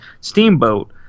Steamboat